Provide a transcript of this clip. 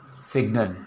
signal